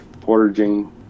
portaging